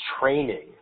training